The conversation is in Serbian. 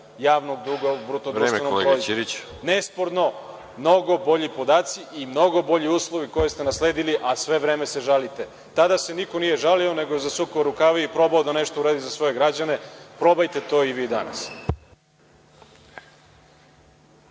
javnog duga u BDP. Nesporno, mnogo bolji podaci i mnogo bolji uslovi koje ste nasledili, a sve vreme se žalite. Tada se niko nije žalio, nego je zasukao rukave i probao da nešto uradi za svoje građane. Probajte to i vi danas.